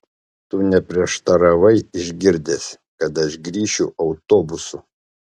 tu neprieštaravai išgirdęs kad aš grįšiu autobusu